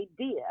idea